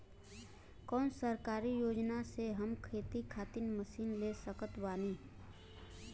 कौन सरकारी योजना से हम खेती खातिर मशीन ले सकत बानी?